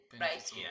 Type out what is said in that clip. right